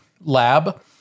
lab